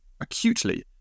acutely